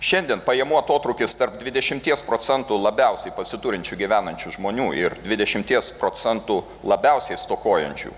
šiandien pajamų atotrūkis tarp dvidešimties procentų labiausiai pasiturinčių gyvenančių žmonių ir dvidešimties procentų labiausiai stokojančių